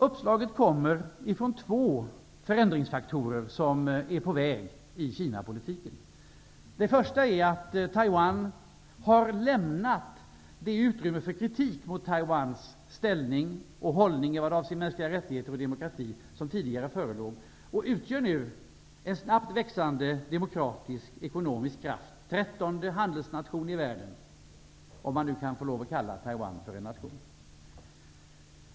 Uppslaget föranleds av två förändringsfaktorer som är på väg i Kinapolitiken. Den första är att Taiwan har lämnat den anledning till kritik mot Taiwans ställning och hållning vad avser mänskliga rättigheter och demokrati som tidigare förelåg och nu utgör en snabbt växande demokratisk och ekonomisk kraft. Taiwan är den trettonde handelsnationen i världen -- om man nu kan få lov att kalla Taiwan för en nation.